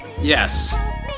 Yes